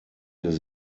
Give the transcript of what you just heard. des